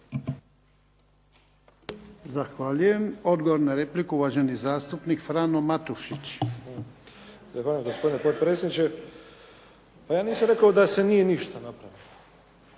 Zahvaljujem. Odgovor na repliku uvaženi zastupnik Frano Matušić. **Matušić, Frano (HDZ)** Zahvaljujem gospodine potpredsjedniče. Pa ja nisam rekao da se nije ništa napravilo,